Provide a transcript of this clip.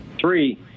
Three